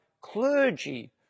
clergy